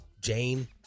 Jane